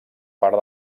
part